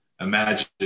imagine